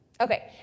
Okay